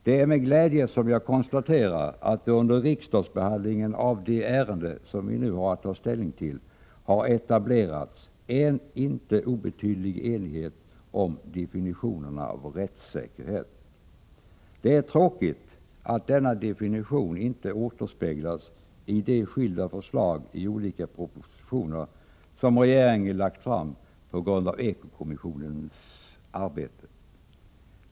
Det är med glädje som jag konstaterar att det under riksdagsbehandlingen av det ärende som vi nu har att ta ställning till har etablerats en inte obetydlig enighet om definitionerna av begreppet rättssäkerhet. Det är tråkigt att denna definition inte återspeglas i de skilda förslag i olika propositioner som regeringen lagt fram på grundval av eko-kommissionens arbete.